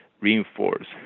reinforce